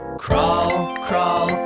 crawl, crawl,